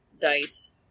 dice